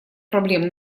проблем